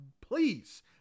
please